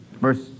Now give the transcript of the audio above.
Verse